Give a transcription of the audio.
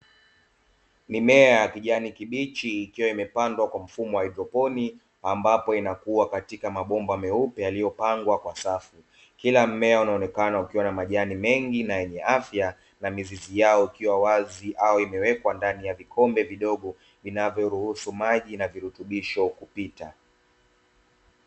Mimea ya kijani kibichi ikiwa imepandwa kwa mfumo wa haidroponi ambapo inakua katika mabomba meupe yaliyopangwa Kwa safu kila mmea unaonekana ukiwa na majani mengi na yenye afya na mizizi yao ikiwa wazi au imewekwa ndani ya vikombe vidogo vinavyoruhusu maji na virutubisho kupita.